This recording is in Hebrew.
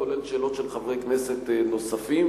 כולל שאלות של חברי כנסת נוספים.